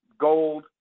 gold